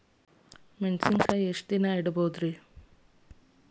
ಮೆಣಸಿನಕಾಯಿನಾ ಎಷ್ಟ ದಿನ ಇಟ್ಕೋಬೊದ್ರೇ?